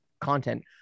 content